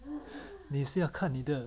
你也是要看你的